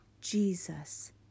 Jesus